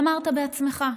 ואמרת בעצמך,